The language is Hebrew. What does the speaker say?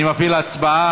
אני מפעיל הצבעה.